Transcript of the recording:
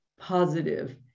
Positive